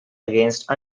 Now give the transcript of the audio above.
against